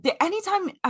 anytime